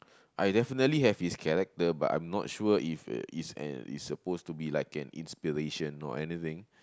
I definitely have his character but I'm not sure if it's an it's supposed to be an inspiration or anything